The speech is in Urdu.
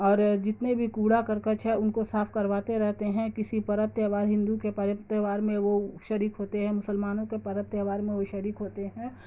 اور جتنے بھی کوڑا کرکٹ ہے ان کو صاف کرواتے رہتے ہیں کسی پرب تہوار ہندو کے تہوار میں وہ شریک ہوتے ہیں مسلمانوں کے پرب تہوار میں وہ شریک ہوتے ہیں